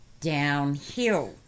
downhill